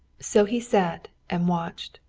so he sat and watched.